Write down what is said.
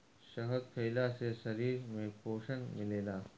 शहद खइला से शरीर में पोषण मिलेला